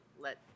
let